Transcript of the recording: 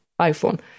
iPhone